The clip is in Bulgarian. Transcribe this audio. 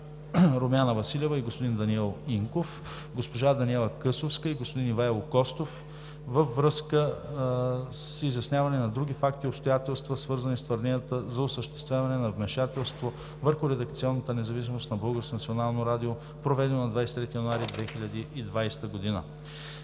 Румяна Василева и господин Даниел Инков, госпожа Даниела Късовска и господин Ивайло Костов във връзка с изясняване на други факти и обстоятелства, свързани с твърдения за осъществяване на вмешателство върху редакционната независимост на Българското национално радио, проведено на 23 януари 2020 г.